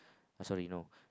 sorry no